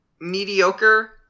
mediocre